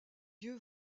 yeux